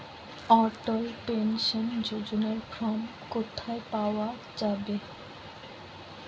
অটল pension যোজনার form কোথায় পাওয়া যাবে?